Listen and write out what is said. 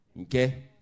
Okay